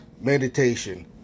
meditation